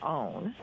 own